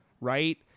right